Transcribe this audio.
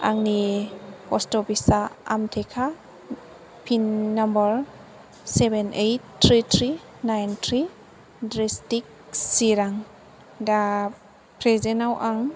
आंनि पस्त अफिचा आमटेका pin number seven eight three three nine three district चिरां दा फ्रेजेनाव आं